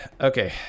okay